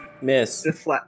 Miss